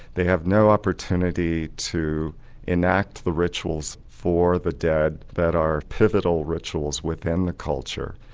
they have no opportunity to enact the rituals for the dead that are pivotal rituals within the culture,